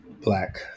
Black